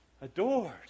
adored